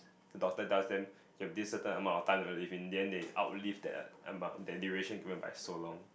the doctor tells them you have this certain amount of time to live in then they outlive that amount that duration given by so long